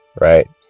right